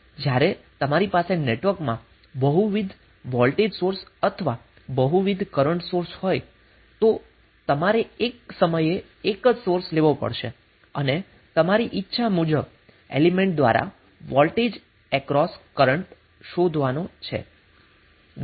જ્યાં તમારી પાસે નેટવર્કમાં બહુવિધ વોલ્ટેજ સોર્સ અથવા બહુવિધ કરન્ટ સોર્સ હોય તો તમારે એક સમયે 1 જ સોર્સ લેવો પડશે અને તમારી ઈચ્છા મુજબ એલીમેન્ટ દ્વારા વોલ્ટેજ અક્રોસ કરન્ટ શોધવાનો છે